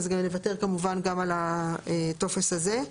אז נוותר כמובן גם על הטופס הזה.